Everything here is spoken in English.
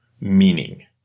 meaning